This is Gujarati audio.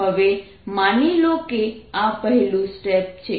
હવે માની લો કે આ પહેલું સ્ટેપ છે